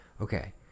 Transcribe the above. Okay